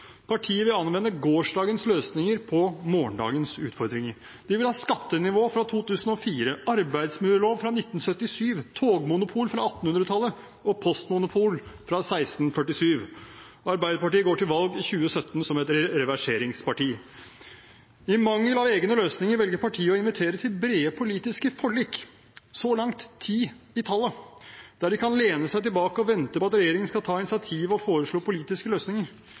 Partiet vil anvende gårsdagens løsninger på morgendagens utfordringer. De vil ha skattenivå fra 2004, arbeidsmiljølov fra 1977, togmonopol fra 1800-tallet og postmonopolet fra 1647. Arbeiderpartiet går til valg i 2017 som et reverseringsparti. I mangel av egne løsninger velger partiet å invitere til brede politiske forlik – så langt ti i tallet – der de kan lene seg tilbake og vente på at regjeringen skal ta initiativ og foreslå politiske løsninger.